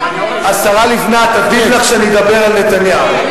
השרה לבנת, עדיף לך שאני אדבר על נתניהו.